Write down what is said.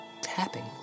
tapping